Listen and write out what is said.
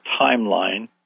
timeline